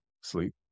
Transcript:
sleep